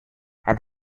and